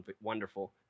Wonderful